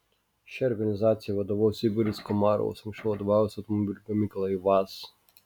šiai organizacijai vadovaus igoris komarovas anksčiau vadovavęs automobilių gamyklai vaz